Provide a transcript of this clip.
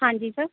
ਹਾਂਜੀ ਸਰ